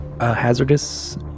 hazardous